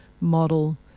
model